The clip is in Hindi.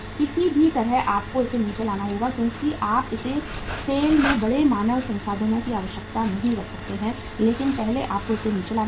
किसी भी तरह आपको इसे नीचे लाना होगा क्योंकि आप इसे सेल में बड़े मानव संसाधनों की आवश्यकता नहीं रख सकते हैं इसलिए पहले आपको इसे नीचे लाना होगा